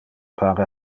pare